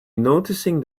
noticing